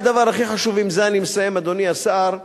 עם זה, אני מסיים, אדוני השר,